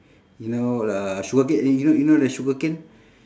you know uh sugar c~ y~ you know the sugar cane